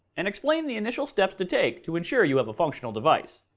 and explain the initial steps to take to ensure you have a functional device,